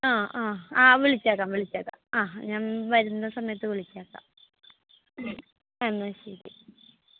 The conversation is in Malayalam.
ആ ആ ആ വിളിച്ചേക്കാം വിളിച്ചേക്കാം ആ ഞാൻ വരുന്ന സമയത്ത് വിളിച്ചേക്കാം ഹമ് എന്നാൽ ശരി